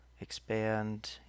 expand